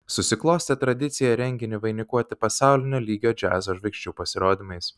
susiklostė tradicija renginį vainikuoti pasaulinio lygio džiazo žvaigždžių pasirodymais